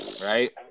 right